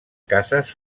cases